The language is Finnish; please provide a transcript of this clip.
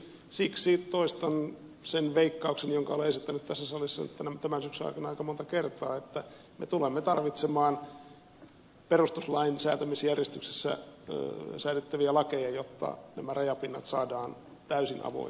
siksi toistan sen veikkauksen jonka olen esittänyt tässä salissa tämän syksyn aikana aika monta kertaa että me tulemme tarvitsemaan perustuslain säätämisjärjestyksessä säädettäviä lakeja jotta nämä rajapinnat saadaan täysin avoimiksi